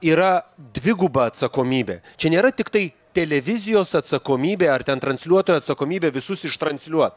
yra dviguba atsakomybė čia nėra tiktai televizijos atsakomybė ar ten transliuotojo atsakomybė visus iš transliuot